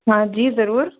हाँ जी ज़रूर